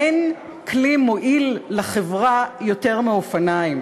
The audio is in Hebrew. אין כלי מועיל לחברה יותר מאופניים.